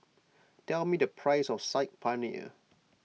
tell me the price of Saag Paneer